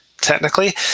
technically